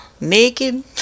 Naked